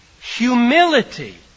humility